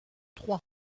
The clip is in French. trois